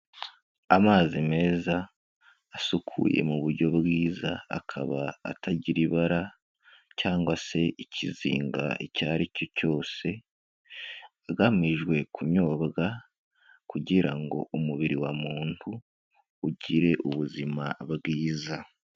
Amazi meza asukuye mu buryo bwiza akaba atagira ibara cyangwa se ikizinga icyo ari cyo cyose agamijwe kunyobwa kugira ngo umubiri wa muntu ugire ubuzima bwiza.